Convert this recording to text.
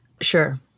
Sure